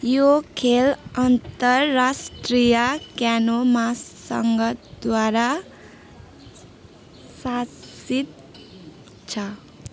यो खेल अन्तर्राष्ट्रिय क्यानो महासङ्घद्वारा शासित छ